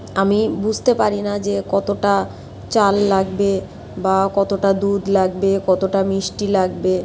আমি বুঝতে পারি না যে কতোটা চাল লাগবে বা কতোটা দুধ লাগবে কতোটা মিষ্টি লাগবে